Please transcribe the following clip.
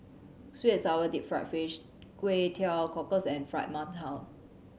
sweet sour deep fried fish Kway Teow Cockles and Fried Mantou